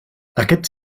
aquests